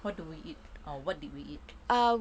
what do we eat or what did we eat